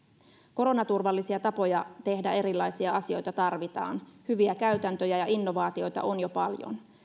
koronaturvallisia tapoja tehdä erilaisia asioita tarvitaan hyviä käytäntöjä ja innovaatioita on jo paljon